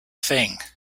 thing